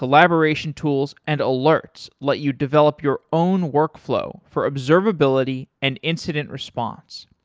collaboration tools, and alerts let you develop your own workflow for observability and incident response.